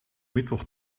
mittwoch